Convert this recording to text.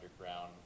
underground